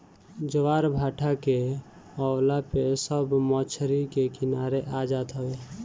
ज्वारभाटा के अवला पे सब मछरी के किनारे आ जात हवे